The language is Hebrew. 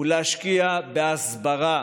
הוא להשקיע בהסברה